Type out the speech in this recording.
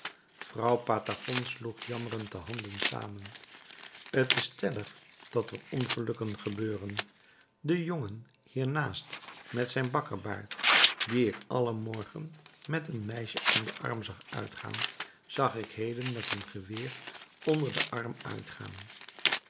vrouw patagon sloeg jammerend de handen samen t is stellig dat er ongelukken gebeuren de jongen hiernaast met zijn bakkebaard dien ik alle morgen met een meisje aan den arm zag uitgaan zag ik heden met een geweer onder den arm uitgaan